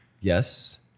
Yes